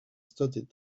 studied